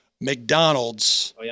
McDonald's